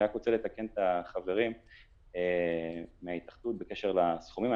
אני רק רוצה לתקן את החברים מההתאחדות בקשר לסכומים.